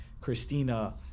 Christina